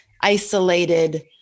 isolated